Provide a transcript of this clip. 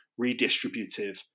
redistributive